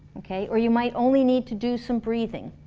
okay? or you might only need to do some breathing.